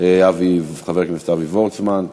חבר הכנסת אבי וורצמן.